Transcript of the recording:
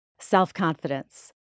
self-confidence